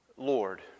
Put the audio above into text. Lord